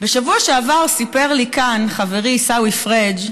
בשבוע שעבר סיפר לי כאן חברי עיסאווי פריג'